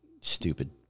stupid